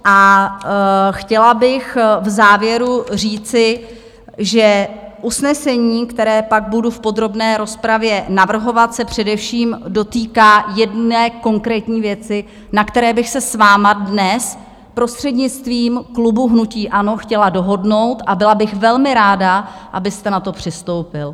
A chtěla bych v závěru říci, že usnesení, které pak budu v podrobné rozpravě navrhovat, se především dotýká jedné konkrétní věci, na které bych se s vámi dnes prostřednictvím klubu hnutí ANO chtěla dohodnout, a byla bych velmi ráda, abyste na to přistoupil.